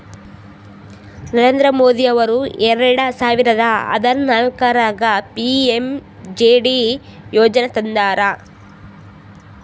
ನರೇಂದ್ರ ಮೋದಿ ಅವರು ಎರೆಡ ಸಾವಿರದ ಹದನಾಲ್ಕರಾಗ ಪಿ.ಎಮ್.ಜೆ.ಡಿ ಯೋಜನಾ ತಂದಾರ